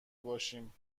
باشیم